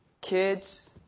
Kids